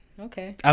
Okay